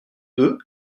deux